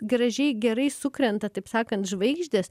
gražiai gerai sukrenta taip sakant žvaigždės